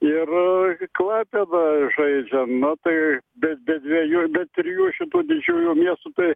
ir klaipėda žaidžia na tai bet be dviejų trijų šitų didžiųjų miestų tai